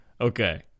Okay